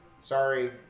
Sorry